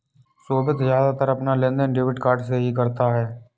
सोभित ज्यादातर अपना लेनदेन डेबिट कार्ड से ही करता है